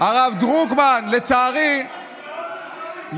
אתם לא הספקתם.